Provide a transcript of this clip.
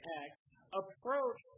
approach